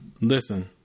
Listen